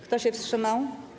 Kto się wstrzymał?